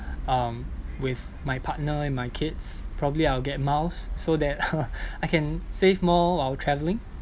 um with my partner and my kids probably I'll get miles so that I can save more while travelling